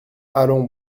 allons